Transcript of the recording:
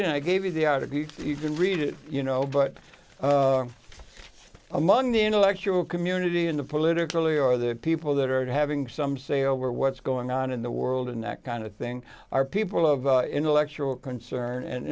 in i gave you the article you can read it you know but among the intellectual community and the politically or the people that are having some say over what's going on in the world and that kind of thing are people of intellectual concern and